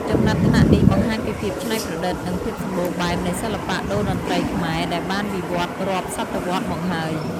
ចំណាត់ថ្នាក់នេះបង្ហាញពីភាពច្នៃប្រឌិត និងភាពសម្បូរបែបនៃសិល្បៈតូរ្យតន្ត្រីខ្មែរ ដែលបានវិវឌ្ឍន៍រាប់សតវត្សរ៍មកហើយ។